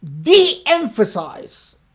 de-emphasize